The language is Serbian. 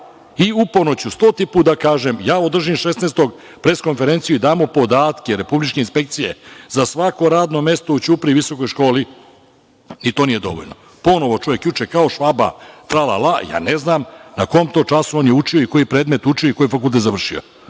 I uporno ću, stoti put da kažem, ja održim 16-og pres konferenciju i dam mu podatke republičke inspekcije za svako radno mesto u Ćurpiji, visokoj školi, i to nije dovoljno. Ponovo čovek juče, kao Švaba tra-la-la, ja ne znam na kom to času je on učio, koji predmet je učio i koji fakultet je završio.